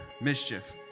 mischief